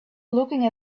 looking